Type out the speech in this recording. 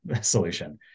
solution